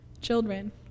Children